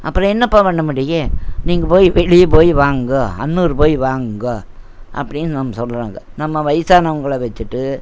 அப்புறம் என்னப்பா பண்ண முடியும் நீங்கள் போய் வெளியே போய் வாங்குங்கோ அன்னூர் போய் வாங்குங்கோ அப்படின்னு நம்ம சொல்லல்ல நம்ம வயதானவங்கள வச்சிட்டு